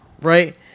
right